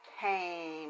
came